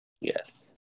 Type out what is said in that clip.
Yes